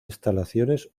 instalaciones